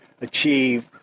achieve